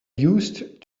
used